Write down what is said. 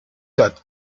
that